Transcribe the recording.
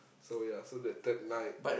so ya so the third night